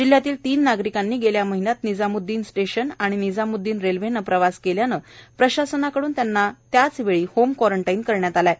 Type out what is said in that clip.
जिल्ह्यातील तीन नागरिकांनी गेल्या महिन्यात निजाम्द्दीन स्टेशन व निजाम्द्दीन रे ल्वेने प्रवास केल्याने प्रशासनाकडून त्यांना त्याच वेळी होम क्वारंटाइन करण्यात आले होते